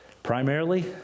Primarily